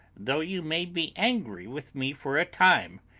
though you may be angry with me for a time